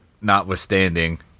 notwithstanding